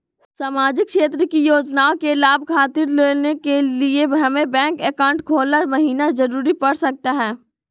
सामाजिक क्षेत्र की योजनाओं के लाभ खातिर लेने के लिए हमें बैंक अकाउंट खोला महिना जरूरी पड़ सकता है?